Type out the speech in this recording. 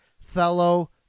fellow